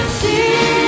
see